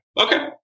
Okay